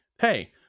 hey